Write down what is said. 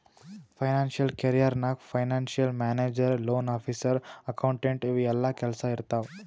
financial career ನಾಗ್ financial manager, loan officer, accountant ಇವು ಎಲ್ಲಾ ಕೆಲ್ಸಾ ಇರ್ತಾವ್